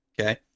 Okay